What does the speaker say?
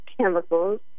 chemicals